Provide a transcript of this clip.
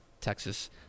Texas